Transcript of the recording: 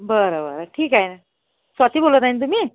बर बर ठीक आहे न स्वाती बोलत आहे न तुम्ही